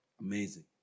Amazing